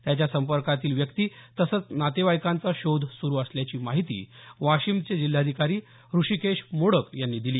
त्याच्या संपर्कातील व्यक्ती तसंच नातेवाईकांचा शोध सुरू असल्याची माहिती वाशिमचे जिल्हाधिकारी हृषीकेश मोडक यांनी दिली